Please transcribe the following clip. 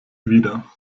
wieder